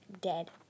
dead